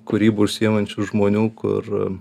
kūryba užsiimančių žmonių kur